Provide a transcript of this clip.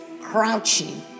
crouching